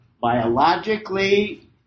biologically